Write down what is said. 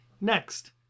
next